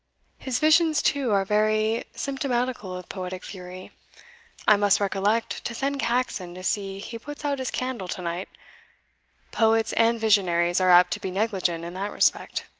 his visions, too, are very symptomatical of poetic fury i must recollect to send caxon to see he puts out his candle to-night poets and visionaries are apt to be negligent in that respect.